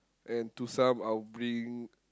and to some I'll bring